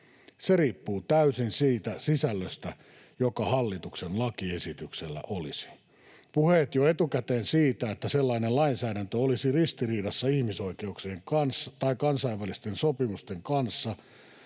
Se riippuu täysin siitä sisällöstä, joka hallituksen lakiesityksellä olisi. Puheet jo etukäteen siitä, että sellainen lainsäädäntö olisi ristiriidassa ihmisoikeuksien tai kansainvälisten sopimusten kanssa,